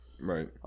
right